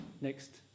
next